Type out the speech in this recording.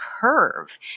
curve